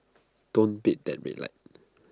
don't beat that red light